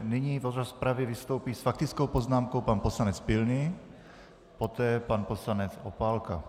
Nyní v rozpravě vystoupí s faktickou poznámkou pan poslanec Pilný, poté pan poslanec Opálka.